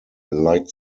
light